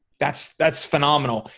that's that's phenomenal.